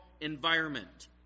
environment